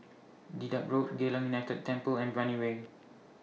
Dedap Road Geylang United Temple and Brani Way